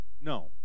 No